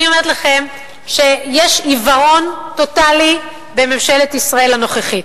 אני אומרת לכם שיש עיוורון טוטלי בממשלת ישראל הנוכחית.